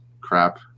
crap